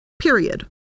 period